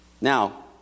Now